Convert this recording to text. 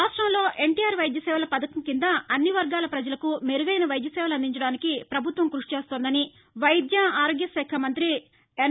రాష్టంలో ఎన్ టీ ఆర్ వైద్యసేవల పథకం కింద అన్ని వర్గాల ప్రజలకు మెరుగైన వైద్యసేవలు అందించడానికి పభుత్వం కృషి చేస్తోందని వైద్య ఆరోగ్య శాఖ మంత్రి ఎన్